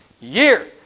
year